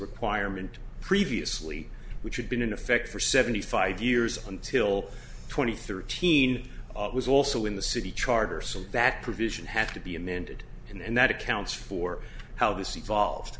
requirement previously which had been in effect for seventy five years until twenty thirteen was also in the city charter so that provision have to be amended and that accounts for how this evolved